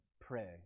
pray